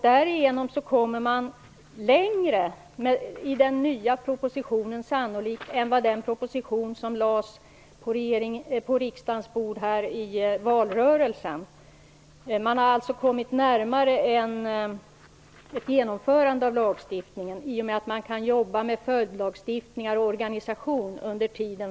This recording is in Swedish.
Därigenom kommer man sannolikt längre i den nya propositionen än i den proposition som lades på riksdagens bord i valrörelsen. Man kommer alltså att ha kommit närmare ett genomförande av lagstiftningen i och med att man kan jobba med följdlagstiftningar och organisation under tiden.